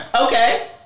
Okay